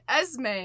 Esme